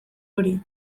hori